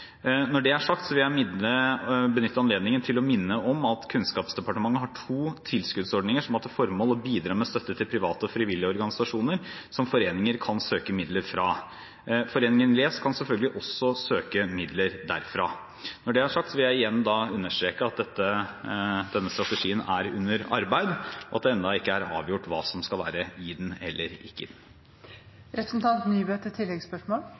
Når det er sagt, vil jeg benytte anledningen til å minne om at Kunnskapsdepartementet har to tilskuddsordninger som har som formål å bidra med støtte til private og frivillige organisasjoner, og som foreninger kan søke om midler fra. Foreningen !les kan selvfølgelig også søke om midler derfra. Når det er sagt, vil jeg igjen understreke at denne strategien er under arbeid, og at det ennå ikke er avgjort hva som skal være i den, eller ikke